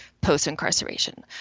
post-incarceration